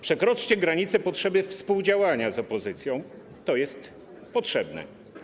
Przekroczcie granicę potrzeby współdziałania z opozycją, to jest potrzebne.